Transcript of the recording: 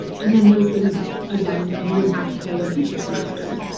and then those things, again, you wouldn't have to pay in future semesters.